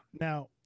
Now